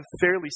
fairly